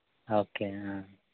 okay